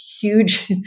huge